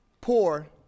poor